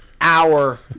hour